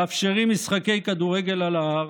מאפשרים משחקי כדורגל על ההר,